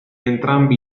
entrambi